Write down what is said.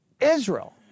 Israel